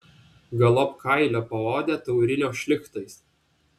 galop kailio paodę taurino šlichtais